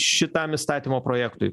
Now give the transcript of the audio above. šitam įstatymo projektui